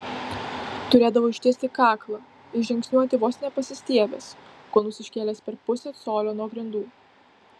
turėdavo ištiesti kaklą ir žingsniuoti vos ne pasistiebęs kulnus iškėlęs per pusę colio nuo grindų